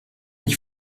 ich